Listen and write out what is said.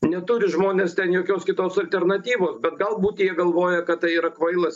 neturi žmonės ten jokios kitos alternatyvos bet galbūt jie galvoja kad tai yra kvailas